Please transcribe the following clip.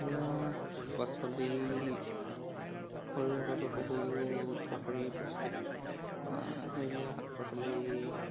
সেউজীয়া শাক পাচলি শৰীৰৰ বাবে বহু উপকাৰী বস্তু সেউজীয়া শাক পাচলি